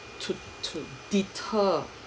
to to deter